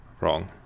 wrong